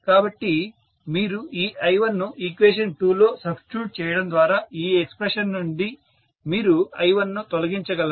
కాబట్టి మీరు ఈ I1ను ఈక్వేషన్ 2 లో సబ్స్టిట్యూట్ చేయడం ద్వారా ఈ ఎక్స్ప్రెషన్ నుంచి మీరు I1ను తొలగించగలరు